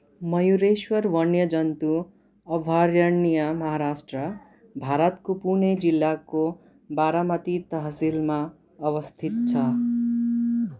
मयुरेश्वर वन्यजन्तु अभयारण्य महाराष्ट्र भारतको पुणे जिल्लाको बारामती तहसीलमा अवस्थित छ